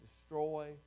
destroy